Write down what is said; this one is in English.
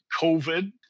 COVID